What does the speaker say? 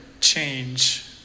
change